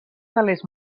telers